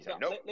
nope